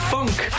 funk